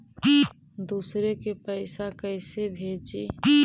दुसरे के पैसा कैसे भेजी?